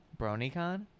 Bronycon